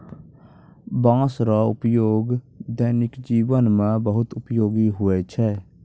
बाँस रो उपयोग दैनिक जिवन मे बहुत उपयोगी हुवै छै